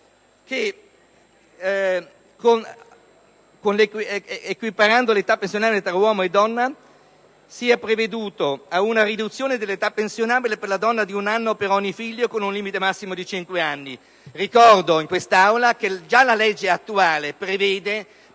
ad «equiparare l'età pensionabile tra uomo e donna prevedendo una riduzione dell'età pensionabile per la donna per un anno per ogni figlio, con un limite massimo di 5 anni». Ricordo a quest'Assemblea che già la legge attuale prevede